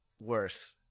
worse